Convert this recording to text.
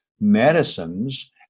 medicines